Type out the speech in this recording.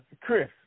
Chris